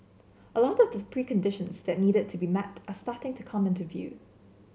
a lot of the preconditions that needed to be met are starting to come into view